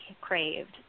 craved